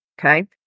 okay